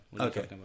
Okay